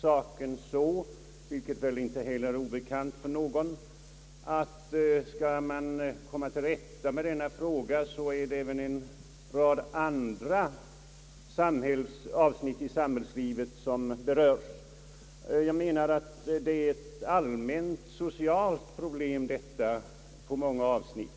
saken så, vilket väl inte heller är obekant för någon, att skall man komma till rätta med denna fråga är det även en rad andra avsnitt i samhällslivet som berörs. Jag menar att detta är ett allmänt socialt problem på många avsnitt.